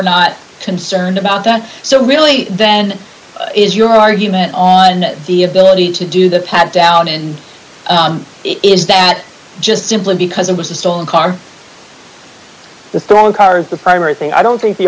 not concerned about that so really then is your argument on the ability to do the pat down and is that just simply because it was a stolen car the stonecutters the primary thing i don't think the